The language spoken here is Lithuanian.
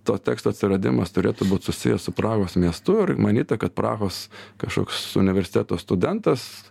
to teksto atsiradimas turėtų būt susijęs su prahos miestu ir manyta kad prahos kažkoks universiteto studentas